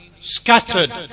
Scattered